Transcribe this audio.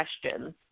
questions